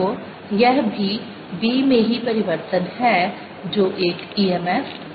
तो यह भी B में ही परिवर्तन है जो एक EMF उत्पन्न करता है